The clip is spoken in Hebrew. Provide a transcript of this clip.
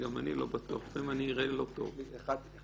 מה שיש לנו פה